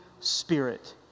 spirit